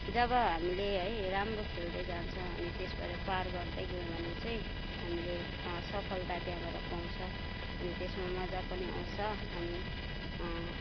जब हामीले है राम्रो खेल्दै जान्छौँ अनि त्यसबाट पार गर्दै गयौँ भने चाहिँ हामीले सफलता त्यहाँबाट पाउँछ अनि त्यसमा मजा पनि आउँछ अनि